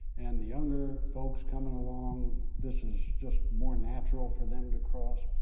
and the younger folks coming along, this is just more natural for them to cross.